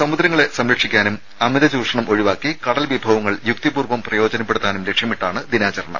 സമുദ്രങ്ങളെ സംരക്ഷിക്കാനും അമിക ചൂഷണം ഒഴിവാക്കി കടൽ വിഭവങ്ങൾ യുക്തിപൂർവ്വം പ്രയോജനപ്പെടുത്താനും ലക്ഷ്യമിട്ടാണ് ദിനാചരണം